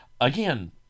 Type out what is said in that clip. Again